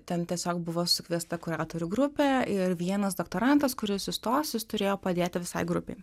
ten tiesiog buvo sukviesta kuratorių grupė ir vienas doktorantas kuris įstos jis turėjo padėti visai grupei